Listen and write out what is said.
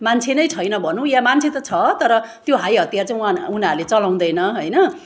मान्छे नै छैन भनौँ या मान्छे त छ तर त्यो हाय हतियार चाहिँ उहाँ उनीहरूले चलाउँदैन होइन